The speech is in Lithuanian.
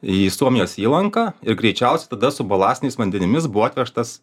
į suomijos įlanką ir greičiausiai tada su balastiniais vandenimis buvo atvežtas